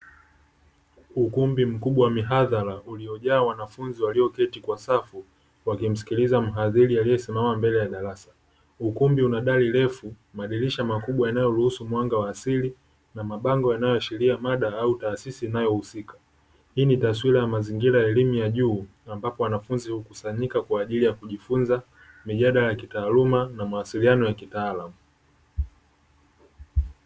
Ukumbi mkubwa wa mihadhara uliojaa wanafunzi walioketi kwa safu wakimsikiliza mhadhiri aliyesimama mbele ya darasa ukumbi unadai refu madirisha makubwa yanayoruhusu mwanga wa asili na mabango yanayoashiria mada au taasisi inayohusika, hii ni taswira ya mazingira ya elimu ya juu ambapo wanafunzi hukusanyika kwa ajili ya kujifunza mijadala ya kitaaluma na mawasiliano ya kitaalamu.